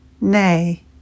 Nay